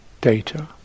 data